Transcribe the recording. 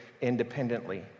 independently